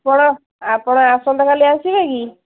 ଆପଣ ଆପଣ ଆସନ୍ତା କାଲି ଆସିବେ କି